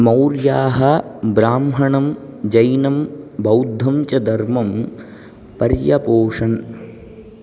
मौर्याः ब्राह्मणं जैनं बौद्धं च धर्मं पर्यपोषयन्